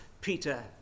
Peter